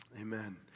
amen